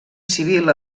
civil